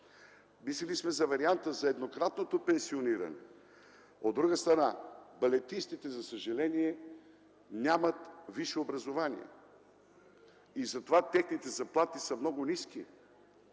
Мислили сме за вариант за еднократно пенсиониране. От друга страна, балетистите, за съжаление, нямат висше образование и затова техните заплати са много ниски.